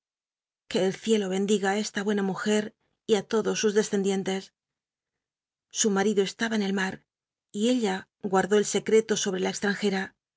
que el ciclo bendiga ú esta buena mujer y ü todos sus descendientes su marido estaba en el m u y ella guardó el secreto sobre la exttanjera